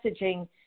messaging